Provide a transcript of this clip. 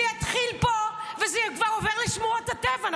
זה יתחיל פה, וזה כבר עובר לשמורות הטבע.